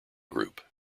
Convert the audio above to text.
group